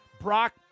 Brock